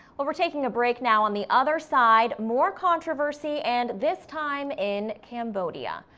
well we're taking a break now, on the other side, more controversy, and this time in cambodia.